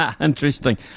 Interesting